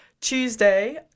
Tuesday